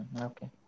Okay